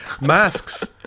masks